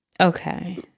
okay